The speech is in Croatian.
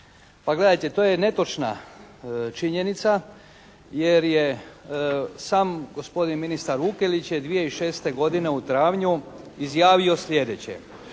Pa gledajte, to je netočna činjenica jer je sam gospodin ministar Vukelić je 2006. godine u travnju izjavio sljedeće: